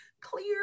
clear